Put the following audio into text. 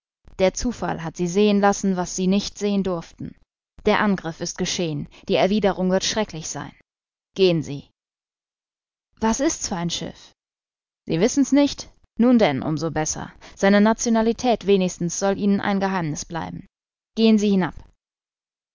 der zufall hat sie sehen lassen was sie nicht sehen durften der angriff ist geschehen die erwiderung wird erschrecklich sein gehen sie was ist's für ein schiff sie wissen's nicht nun denn um so besser seine nationalität wenigstens soll ihnen ein geheimniß bleiben gehen sie hinab